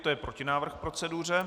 To je protinávrh k proceduře.